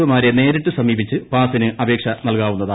O മാരെ നേരിട്ട് സമീപിച്ച് പാസ്സിന് അപേക്ഷ നൽകാവുന്നതാണ്